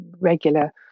regular